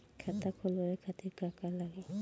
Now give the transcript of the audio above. खाता खोलवाए खातिर का का लागी?